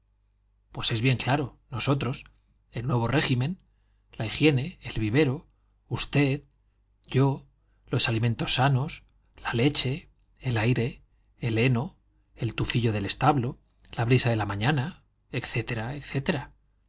pues es bien claro nosotros el nuevo régimen la higiene el vivero usted yo los alimentos sanos la leche el aire el heno el tufillo del establo la brisa de la mañana